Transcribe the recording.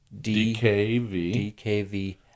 D-K-V